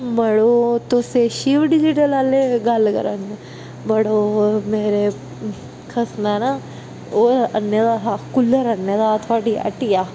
मड़ो तुस शिव डिजीटल आहले गल्ल करे दे ना मड़ो मेरे खसमे ना ओह आने दा हा कूलर आह्ने दा हा थुआढ़ी हट्टिया